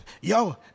Yo